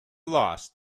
lost